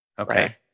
Okay